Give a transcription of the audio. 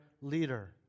leader